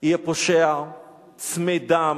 יהיה פושע צמא דם,